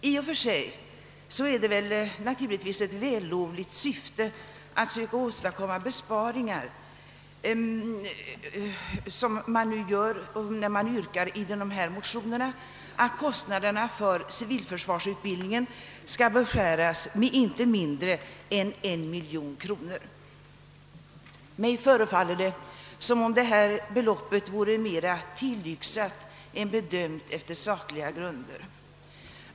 I och för sig är det naturligtvis ett vällovligt syfte att söka åstadkomma besparingar, vilket man nu vill göra när man i motionen yrkar att kostnaderna = för = civilförsvarsutbildningen skall beskäras med inte mindre än 1 miljon kronor. Mig förefaller det emellertid som om detta belopp snarare vore tillyxat än beräknat på sakliga grunder.